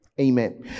amen